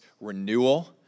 renewal